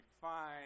fine